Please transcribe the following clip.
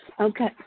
Okay